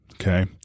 okay